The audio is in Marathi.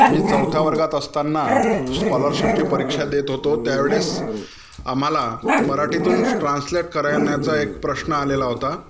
मी चौथ्या वर्गात असतांना स्कॉलरशिपची परीक्षा देत होतो त्यावेळेस आम्हाला मराठीतून ट्रान्सलेट करण्याचा एक प्रश्न आलेला होता